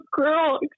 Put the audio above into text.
girl